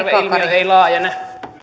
ei laajene